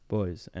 Boys